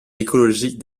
écologique